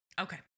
Okay